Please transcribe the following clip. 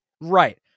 Right